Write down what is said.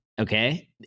okay